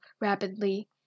rapidly